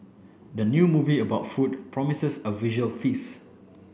the new movie about food promises a visual feast